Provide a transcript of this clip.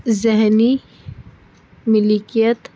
ذہنی ملکیت